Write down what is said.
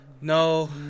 No